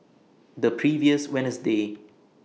The previous Wednesday